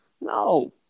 No